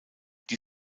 die